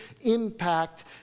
impact